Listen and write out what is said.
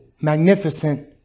magnificent